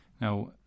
Now